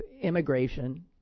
immigration